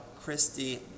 Christy